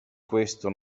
questo